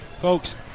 folks